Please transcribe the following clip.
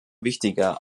wichtiger